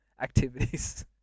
activities